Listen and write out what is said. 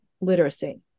literacy